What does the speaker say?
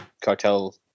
cartel